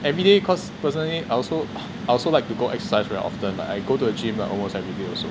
everyday cause personally I also I also like to go exercise very often like I go to the gym almost everyday also